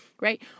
Right